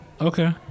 Okay